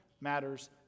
matters